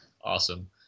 awesome